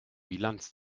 bilanz